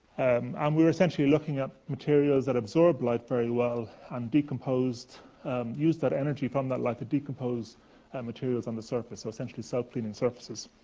um we were essentially looking at materials that absorb light very well and decomposed used that energy from that light to decompose and materials on the surface. so essentially, self-cleaning surfaces.